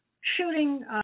shooting